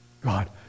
God